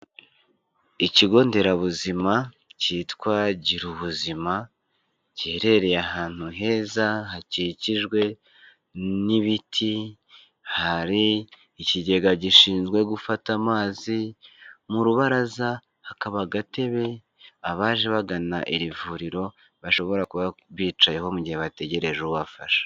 Ikigo nderabuzima cyitwa Girubuzima, giherereye ahantu heza hakikijwe n'ibiti, hari ikigega gishinzwe gufata amazi, mu rubaraza hakaba agatebe abaje bagana iri vuriro bashobora kuba bicayeho mu gihe bategereje ubafasha.